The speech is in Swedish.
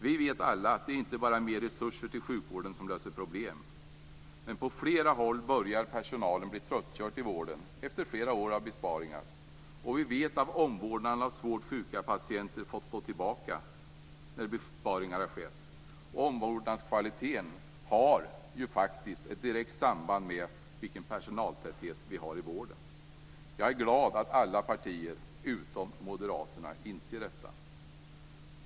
Vi vet alla att det inte bara är mer resurser till sjukvården som löser problem, men på flera håll börjar personalen bli tröttkörd i vården efter flera år av besparingar. Vi vet att omvårdnaden om svårt sjuka patienter har fått stå tillbaka när besparingar har skett. Omvårdnadskvaliteten har ju ett direkt samband med personaltätheten i vården. Jag är glad att alla partier - utom Moderaterna - inser detta.